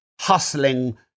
hustling